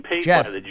Jeff